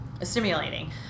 stimulating